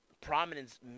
Prominence